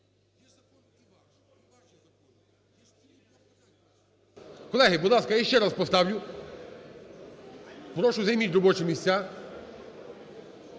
Колеги, будь ласка, я ще раз поставлю, прошу займіть робочі місця.